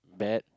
bad